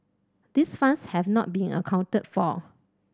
these funds have not been accounted for